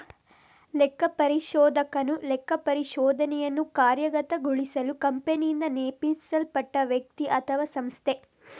ಲೆಕ್ಕಪರಿಶೋಧಕನು ಲೆಕ್ಕಪರಿಶೋಧನೆಯನ್ನು ಕಾರ್ಯಗತಗೊಳಿಸಲು ಕಂಪನಿಯಿಂದ ನೇಮಿಸಲ್ಪಟ್ಟ ವ್ಯಕ್ತಿ ಅಥವಾಸಂಸ್ಥೆ